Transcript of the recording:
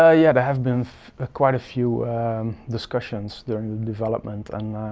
ah yeah there have been quite a few discussions during the development. and